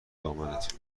دامنت